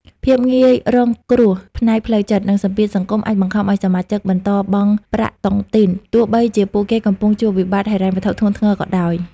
ភាពងាយរងគ្រោះផ្នែកផ្លូវចិត្ត និងសម្ពាធសង្គម អាចបង្ខំឱ្យសមាជិកបន្តបង់ប្រាក់តុងទីន ទោះបីជាពួកគេកំពុងជួបវិបត្តិហិរញ្ញវត្ថុធ្ងន់ធ្ងរក៏ដោយ។